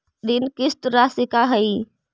ऋण किस्त रासि का हई?